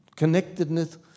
Connectedness